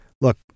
look